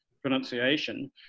pronunciation